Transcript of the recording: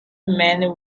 man